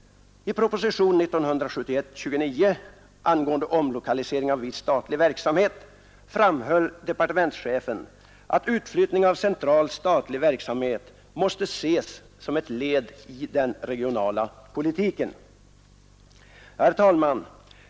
I proposition 1971:29 angående omlokalisering av viss statlig verksamhet framhöll departementschefen att utflyttning av central statlig verksamhet måste ses som ett led i den regionala politiken. Herr talman!